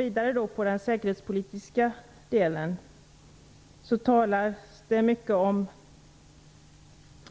I den säkerhetspolitiska delen av svaret talas det mycket om